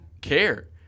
care